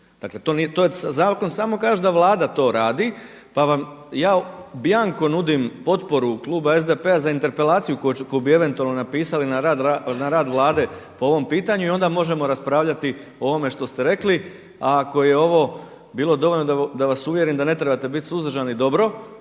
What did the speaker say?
Dakle, to nije, to zakon samo kaže da Vlada to radi pa vam ja bianco nudim potporu kluba SDP-a za interpelaciju koju bi eventualno napisali na rad Vlade po ovom pitanju i onda možemo raspravljati o ovome što ste rekli. A ako je ovo bilo dovoljno da vas uvjerim da ne trebate bit suzdržani dobro,